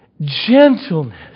gentleness